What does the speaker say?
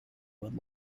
would